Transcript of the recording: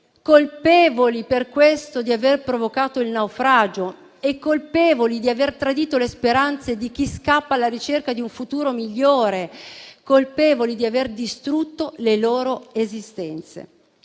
colpevoli per questo di aver provocato il naufragio e colpevoli di aver tradito le speranze di chi scappa alla ricerca di un futuro migliore; colpevoli di aver distrutto le loro esistenze.